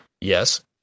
Yes